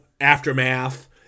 aftermath